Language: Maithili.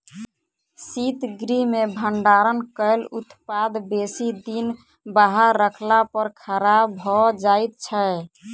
शीतगृह मे भंडारण कयल उत्पाद बेसी दिन बाहर रखला पर खराब भ जाइत छै